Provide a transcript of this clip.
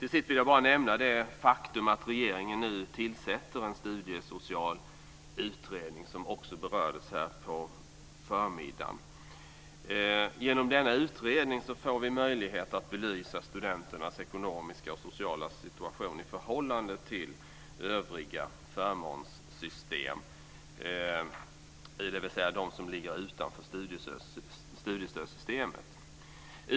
Till sist vill jag bara nämna det faktum att regeringen nu tillsätter en studiesocial utredning, vilket också berördes här på förmiddagen. Genom denna utredning får vi möjlighet att belysa studenternas ekonomiska och sociala situation i förhållande till övriga förmånssystem, dvs. de som ligger utanför studiestödssystemet.